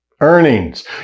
earnings